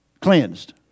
cleansed